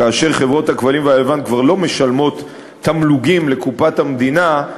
כאשר חברות הכבלים והלוויין כבר לא משלמות תמלוגים לקופת המדינה,